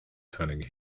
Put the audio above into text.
turning